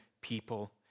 people